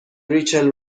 ریچل